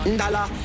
dollar